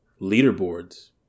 leaderboards